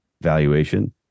valuation